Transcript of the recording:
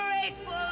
grateful